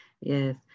Yes